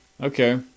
Okay